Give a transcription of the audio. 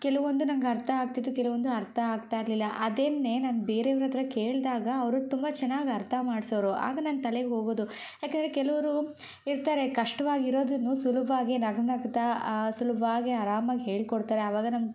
ಕೆಲವೊಂದು ನಂಗೆ ಅರ್ಥ ಆಗ್ತಿತ್ತು ಕೆಲವೊಂದು ಅರ್ಥ ಆಗ್ತಾ ಇರಲಿಲ್ಲ ಅದನ್ನೇ ನಾನು ಬೇರೆಯವರ ಹತ್ರ ಕೇಳಿದಾಗ ಅವರು ತುಂಬ ಚೆನ್ನಾಗಿ ಅರ್ಥ ಮಾಡ್ಸೋರು ಆಗ ನನ್ನ ತಲೆಗೆ ಹೋಗೋದು ಯಾಕಂದರೆ ಕೆಲವರು ಇರ್ತಾರೆ ಕಷ್ಟವಾಗಿ ಇರೋದನ್ನೂ ಸುಲಭವಾಗಿ ನಗು ನಗುತಾ ಸುಲಭವಾಗಿ ಆರಾಮಾಗಿ ಹೇಳ್ಕೊಡ್ತಾರೆ ಆವಾಗ ನಮ್ಮ